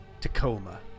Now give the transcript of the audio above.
Tacoma